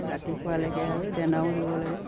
ৰাতিপুৱালৈকে আৰু দানাও দিব লাগে